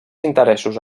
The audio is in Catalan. interessos